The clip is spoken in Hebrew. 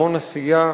המון עשייה,